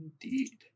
Indeed